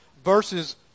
Versus